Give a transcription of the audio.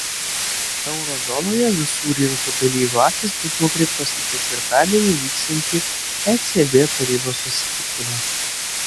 euro zonoje visų rinkų dalyvių akys bus nukreiptos į ketvirtadienį vyksiantį ecb tarybos susitikimą